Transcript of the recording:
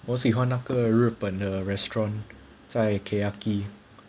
我喜欢那个日本的 restaurant 在 keyaki